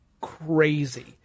crazy